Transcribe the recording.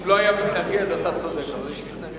אם לא היה מתנגד, אתה צודק, אבל יש מתנגד.